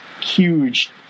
huge